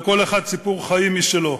לכל אחד סיפור חיים משלו.